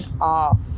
off